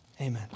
amen